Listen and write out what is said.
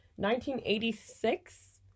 1986